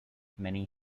many